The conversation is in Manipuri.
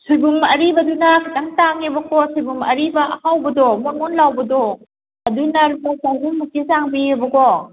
ꯁꯣꯏꯕꯨꯝ ꯑꯔꯤꯕꯗꯨꯅ ꯈꯤꯇꯪ ꯇꯥꯡꯉꯦꯕꯀꯣ ꯁꯣꯏꯕꯨꯝ ꯑꯔꯤꯕ ꯑꯍꯥꯎꯕꯗꯣ ꯃꯣꯟ ꯃꯣꯟ ꯂꯥꯎꯕꯗꯣ ꯑꯗꯨꯅ ꯑꯃꯨꯛ ꯆꯍꯨꯝꯃꯨꯛꯀꯤ ꯆꯥꯡ ꯄꯤꯑꯦꯕꯀꯣ